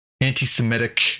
anti-Semitic